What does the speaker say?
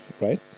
right